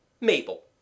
Mabel